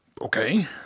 Okay